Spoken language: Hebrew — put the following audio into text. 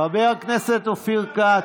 חבר הכנסת אופיר כץ.